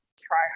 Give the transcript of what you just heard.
try